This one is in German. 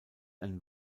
ein